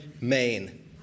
Maine